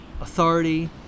authority